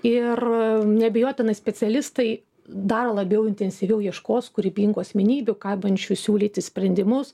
ir neabejotinai specialistai dar labiau intensyviau ieškos kūrybingų asmenybių kabančių siūlyti sprendimus